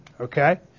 Okay